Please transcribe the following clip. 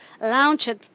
launched